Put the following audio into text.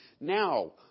Now